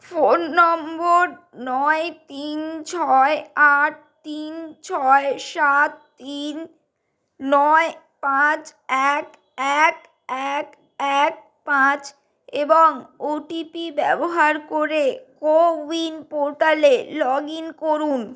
phone number নয় তিন ছয় আট তিন ছয় সাত তিন নয় পাঁচ এক এক এক এক পাঁচ এবং ওটিপি ব্যবহার করে কোউইন পোর্টালে লগ ইন করুন